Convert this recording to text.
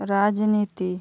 রাজনীতি